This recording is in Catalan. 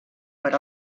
per